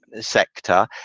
sector